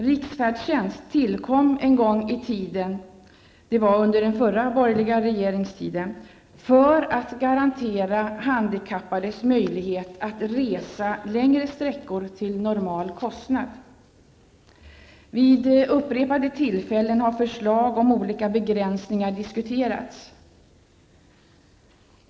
Riksfärdtjänst tillkom en gång i tiden -- det var under den förra borgerliga regeringstiden -- för att garantera handikappade möjligheter att resa längre sträckor till normal kostnad. Vid upprepade tillfällen har förslag om olika begränsningar diskuterats.